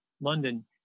London